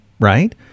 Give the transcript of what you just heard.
Right